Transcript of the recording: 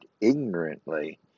ignorantly